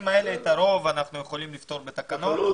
הדברים האלה אנחנו יכולים לפתור בתקנות.